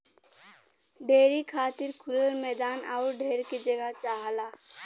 dairy खातिर खुलल मैदान आउर ढेर के जगह चाहला